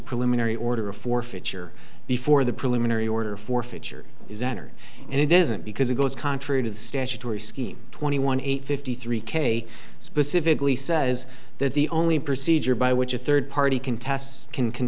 preliminary order of forfeiture before the preliminary order forfeiture is entered and it isn't because it goes contrary to the statutory scheme twenty one eight fifty three k specifically says that the only procedure by which a third party contest can c